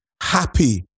happy